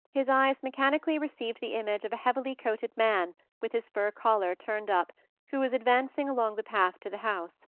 his eyes mechanically received the image of a heavily-coated man with his fur collar turned up who was advancing along the path to the house.